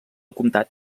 comtat